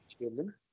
Children